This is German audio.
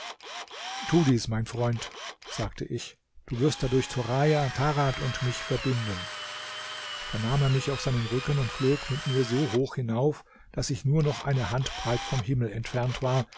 tu dies mein freund sagte ich du wirst dadurch turaja tarad und mich verbinden da nahm er mich auf seinen rücken und flog mit mir so hoch hinauf daß ich nur noch eine hand breit vom himmel entfernt war